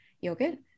yogurt